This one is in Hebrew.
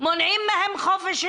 מונעים מהם חופש תנועה,